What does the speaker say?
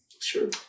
sure